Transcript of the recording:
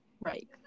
right